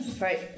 Right